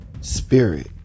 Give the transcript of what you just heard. spirit